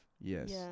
yes